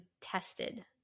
tested